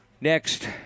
Next